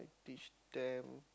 teach them